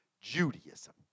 Judaism